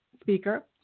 speaker